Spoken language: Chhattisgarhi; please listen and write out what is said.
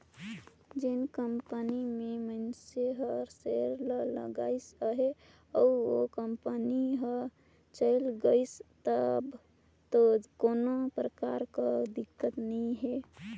जेन कंपनी में मइनसे हर सेयर ल लगाइस अहे अउ ओ कंपनी हर चइल गइस तब दो कोनो परकार कर दिक्कत नी हे